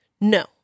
No